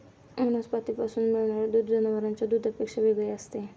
वनस्पतींपासून मिळणारे दूध जनावरांच्या दुधापेक्षा वेगळे असते